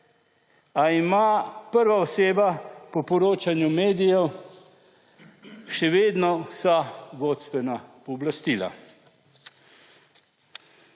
a ima prva oseba po poročanju medijev še vedno vsa vodstvena pooblastila.